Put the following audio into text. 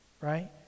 right